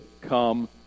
come